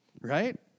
right